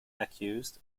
accused